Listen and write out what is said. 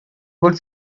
good